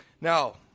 Now